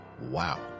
Wow